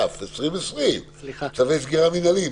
התש"ף-2020, צווי סגירה מנהליים.